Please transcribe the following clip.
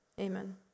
Amen